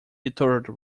retorted